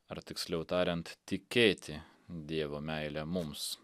ar tiksliau tariant tikėti dievo meilę mums